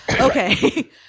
Okay